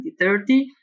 2030